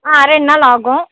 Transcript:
ரெண்டுநாள் ஆகும்